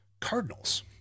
cardinals